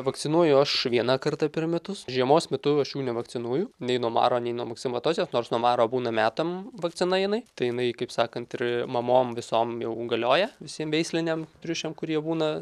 vakcinuoju aš vieną kartą per metus žiemos metu aš jų nevakcinuoju nei nuo maro nei nuo maksimatozės nors nuo maro būna metam vakcina jinai tai jinai kaip sakant ir mamom visom jau galioja visiem veisliniam triušiam kurie būna